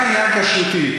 רק עניין כשרותי.